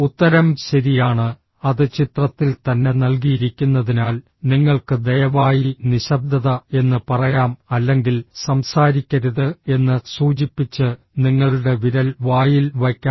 ഉത്തരം ശരിയാണ് അത് ചിത്രത്തിൽ തന്നെ നൽകിയിരിക്കുന്നതിനാൽ നിങ്ങൾക്ക് ദയവായി നിശബ്ദത എന്ന് പറയാം അല്ലെങ്കിൽ സംസാരിക്കരുത് എന്ന് സൂചിപ്പിച്ച് നിങ്ങളുടെ വിരൽ വായിൽ വയ്ക്കാം